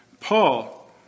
Paul